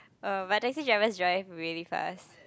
uh but taxi drivers drive really fast